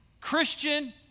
Christian